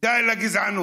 די לגזענות.